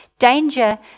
Danger